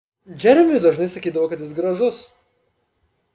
džeremiui dažnai sakydavo kad jis gražus